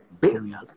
burial